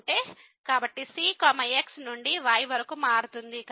కాబట్టి c x నుండి y వరకు మారుతుంది